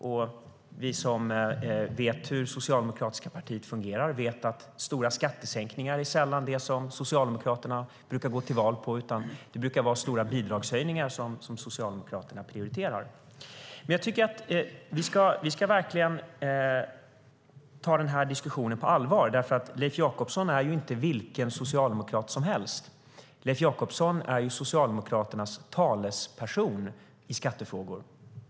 Men vi som vet hur det socialdemokratiska partiet fungerar vet att stora skattesänkningar sällan är det som Socialdemokraterna går till val på, utan det brukar vara stora bidragshöjningar som Socialdemokraterna prioriterar. Men vi ska verkligen ta diskussionen på allvar. Leif Jakobsson är ju inte vilken socialdemokrat som helst, utan Leif Jakobsson är Socialdemokraternas talesperson i skattefrågor.